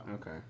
Okay